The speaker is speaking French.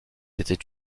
étaient